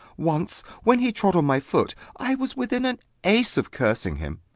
once, when he trod on my foot, i was within an ace of cursing him.